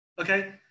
okay